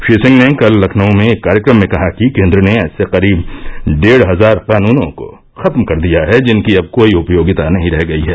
श्री सिंह ने कल लखनऊ में एक कार्यक्रम में कहा कि केन्द्र ने ऐसे करीब डेढ़ हजार कानूनों को खत्म कर दिया है जिनकी अब कोई उपयोगिता नहीं रह गई है